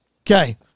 Okay